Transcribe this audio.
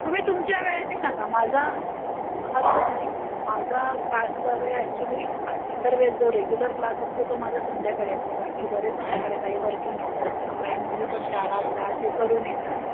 तुम्ही तुमच्या वेळेने सांगा माझा हरकत नाही माझा क्लासचा वेळ ॲक्च्युअली इतर वेळेस जो रेग्युलर क्लास असतो तो माझा संध्याकाळी असतो कारण की बरेच माझ्याकडे काही वर्किंग येतात किंवा काही मुली पण शाळा क्लास हे करून येतात